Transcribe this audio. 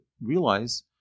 realize